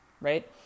right